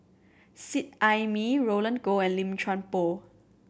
Seet Ai Mee Roland Goh and Lim Chuan Poh